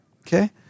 Okay